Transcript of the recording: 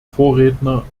vorredner